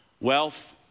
wealth